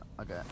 Okay